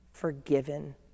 Forgiven